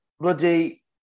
Bloody